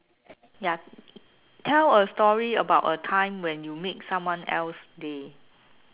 ya tell a story about a time when you made someone else day